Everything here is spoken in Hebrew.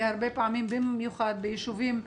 הרבה פעמים, ביישובים גדולים,